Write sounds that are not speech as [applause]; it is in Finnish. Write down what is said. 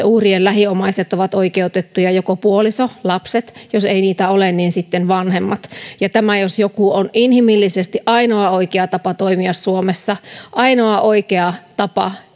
[unintelligible] uhrien lähiomaiset ovat oikeutettuja joko puoliso lapset tai jos ei niitä ole niin sitten vanhemmat tämä jos mikä on inhimillisesti ainoa oikea tapa toimia suomessa ainoa oikea tapa